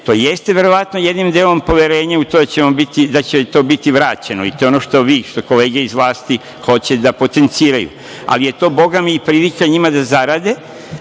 to jeste verovatno jednim delom poverenje u to da će vam to biti vraćeno i to je ono što vi, što kolege iz vlasti hoće da potenciraju. Ali je to, bogami, prilika njima da zarade